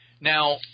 Now